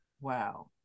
Wow